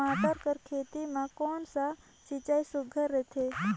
टमाटर कर खेती म कोन कस सिंचाई सुघ्घर रथे?